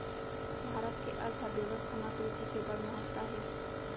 भारत के अर्थबेवस्था म कृसि के बड़ महत्ता हे